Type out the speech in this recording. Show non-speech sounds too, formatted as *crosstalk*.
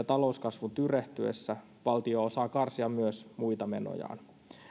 *unintelligible* talouskasvun tyrehtyessä valtio osaa karsia myös muita menojaan